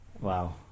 Wow